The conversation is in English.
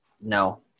No